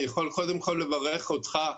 אני יכול קודם כל לברך אותך.